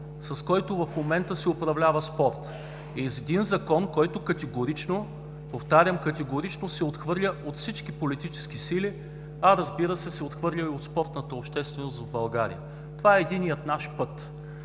с който в момента се управлява спорта. С един Закон, който категорично, повтарям – категорично се отхвърля от всички политически сили, а, разбира се, се отхвърля и от спортната общественост в България. Това е единият наш път.